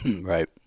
right